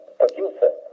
producer